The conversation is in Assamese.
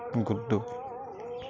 গুদ্দু